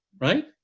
right